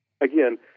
again